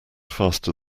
faster